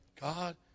God